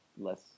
less